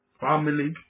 family